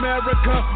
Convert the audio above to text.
America